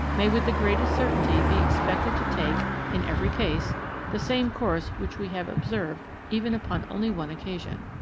may with the greatest certainty be expected to take in every case the same course which we have observed even upon only one occasion.